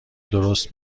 درست